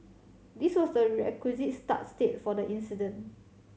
this was the requisite start state for the incident